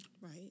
right